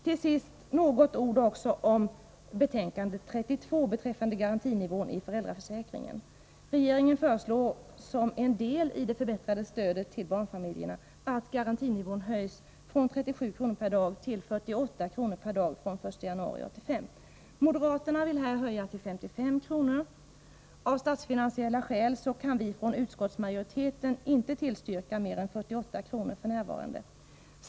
Till slut några ord också om socialförsäkringsutskottets betänkande 32 beträffande garantinivån i föräldraförsäkringen. Moderaterna vill här höja till 55 kr. per dag. Av statsfinansiella skäl kan utskottsmajoriteten f. n. inte tillstyrka mer än 48 kr. per dag.